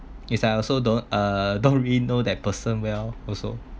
is I also don't uh don't really know that person well also